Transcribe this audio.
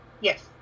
Yes